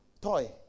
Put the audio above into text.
toy